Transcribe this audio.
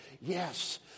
Yes